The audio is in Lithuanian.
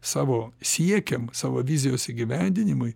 savo siekiam savo vizijos įgyvendinimui